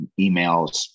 emails